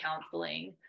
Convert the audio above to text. counseling